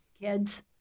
kids